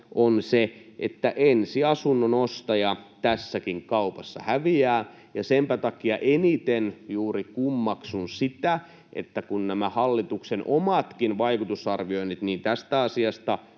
on se, että ensiasunnon ostaja tässäkin kaupassa häviää. Ja senpä takia eniten juuri kummaksun sitä, että nämä hallituksen omatkin vaikutusarvioinnit niin tästä asiasta